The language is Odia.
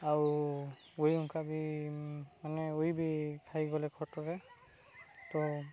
ଆଉ ଉଈ ହୁଙ୍କା ବି ମାନେ ଉଈ ବି ଖାଇଗଲେ ଖଟରେ ତ